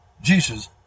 Jesus